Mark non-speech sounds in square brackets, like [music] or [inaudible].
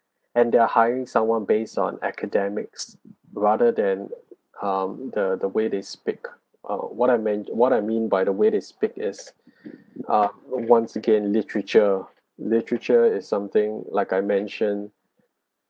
and they're hiring someone based on academics rather than um the the way they speak uh what I meant what I mean by the way they speak is [breath] uh once again literature literature is something like I mentioned